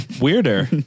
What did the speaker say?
weirder